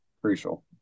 crucial